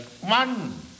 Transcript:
one